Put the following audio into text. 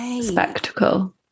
spectacle